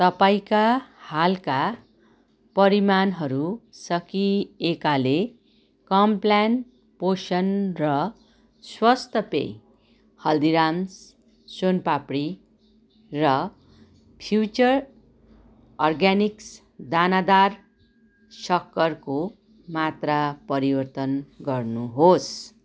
पाईँका हालका परिमाणहरू सकिएकाले कम्प्लान पोषण र स्वास्थ्य पेय हल्दीराम्स सोन पापडी र फ्युचर अर्ग्यानिक्स दानादार सक्खरको मात्रा परिवर्तन गर्नुहोस्